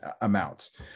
amounts